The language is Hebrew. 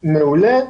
מעולה,